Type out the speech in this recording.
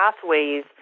pathways